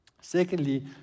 Secondly